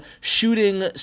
shooting